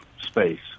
space